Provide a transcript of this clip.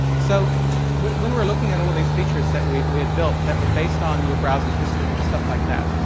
so when we were looking at all these features that we we had built that were based on your browsing history and stuff like that,